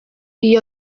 iyi